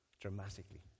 dramatically